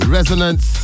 Resonance